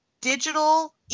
digital